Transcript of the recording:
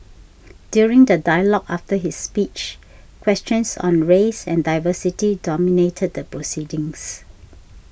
during the dialogue after his speech questions on race and diversity dominated the proceedings